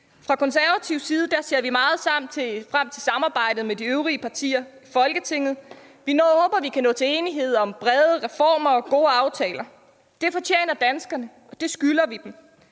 Fra konservativ side ser vi meget frem til samarbejdet med de øvrige partier i Folketinget. Vi håber, at vi kan nå til enighed om brede reformer og gode aftaler. Det fortjener danskerne, og det skylder vi dem.